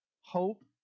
hope